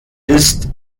ist